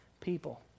people